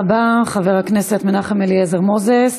תודה רבה, חבר הכנסת מנחם אליעזר מוזס.